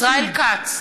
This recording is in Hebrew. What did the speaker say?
ישראל כץ,